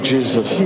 Jesus